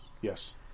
Yes